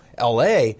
la